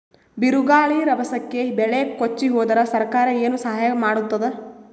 ಬಿರುಗಾಳಿ ರಭಸಕ್ಕೆ ಬೆಳೆ ಕೊಚ್ಚಿಹೋದರ ಸರಕಾರ ಏನು ಸಹಾಯ ಮಾಡತ್ತದ?